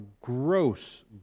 gross